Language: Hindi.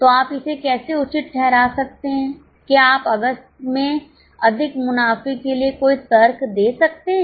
तो आप इसे कैसे उचित ठहरा सकते हैं क्या आप अगस्त में अधिक मुनाफे के लिए कोई तर्क दे सकते हैं